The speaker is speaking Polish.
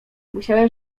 musiałem